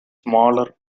smaller